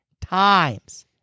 times